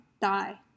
die